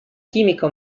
chimica